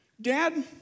Dad